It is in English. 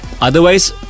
Otherwise